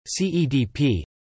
CEDP